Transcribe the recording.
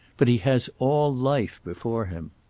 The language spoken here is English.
but he has all life before him.